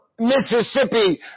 Mississippi